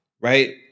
right